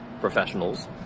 professionals